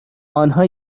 آنها